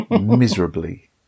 Miserably